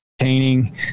entertaining